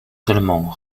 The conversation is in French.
seulement